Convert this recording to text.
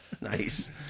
nice